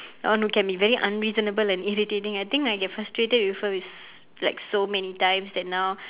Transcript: one look at me very unreasonable and irritating I think I get frustrated with her with s~ like so many times and now